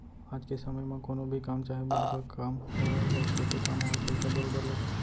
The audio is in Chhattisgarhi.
आज के समे म कोनो भी काम चाहे बड़का काम होवय या छोटे काम होवय पइसा बरोबर लगथे